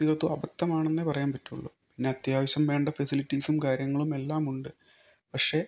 തീർത്തും അബദ്ധമാണെന്നേ പറയാൻ പറ്റുകയുള്ളൂ പിന്നെ അത്യാവശ്യം വേണ്ട ഫെസിലിറ്റീസും കാര്യങ്ങളുമെല്ലാം ഉണ്ട് പക്ഷേ